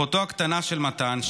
אחותו הקטנה של מתן,